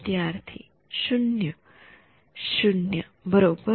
विद्यार्थी शून्य शून्य बरोबर